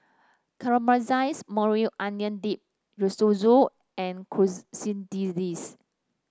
Caramelized Maui Onion Dip Risotto and Quesadillas